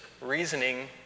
reasoning